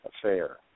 affair